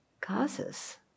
causes